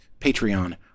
Patreon